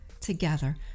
together